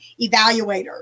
evaluator